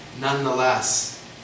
nonetheless